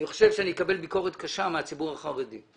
אני חושב שאני אקבל ביקורת קשה מהציבור החרדי.